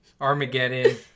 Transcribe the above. armageddon